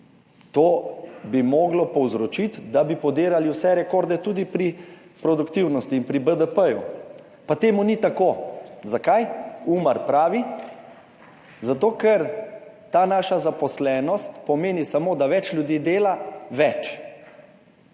To bi moglo povzročiti, da bi podirali vse rekorde, tudi pri produktivnosti in pri BDP, pa temu ni tako. Zakaj? UMAR pravi: zato, ker ta naša zaposlenost pomeni samo, da več ljudi dela več,